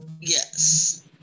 Yes